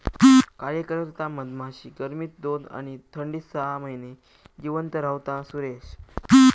कार्यकर्ता मधमाशी गर्मीत दोन आणि थंडीत सहा महिने जिवंत रव्हता, सुरेश